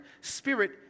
spirit